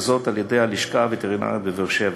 וזאת על-ידי הלשכה הווטרינרית בבאר-שבע.